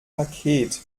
paket